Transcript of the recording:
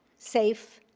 safe,